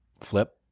flip